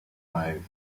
five